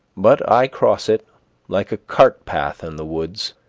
but i cross it like a cart-path in the woods.